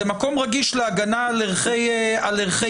זה מקום רגיש להגנה על ערכי טבע.